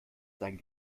sein